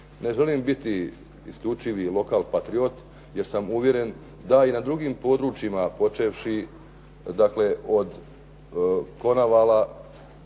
Ne želim biti isključiti lokal patriot jer sam uvjeren da i na drugim područjima, počevši od Konavala,